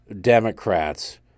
Democrats